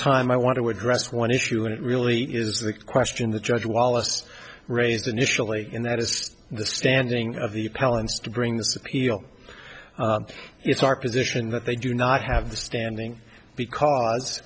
time i want to address one issue when it really is the question the judge wallace raised initially and that is the standing of the appellant's to bring this appeal it's our position that they do not have the standing because